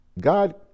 god